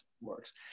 works